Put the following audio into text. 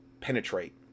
penetrate